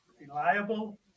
reliable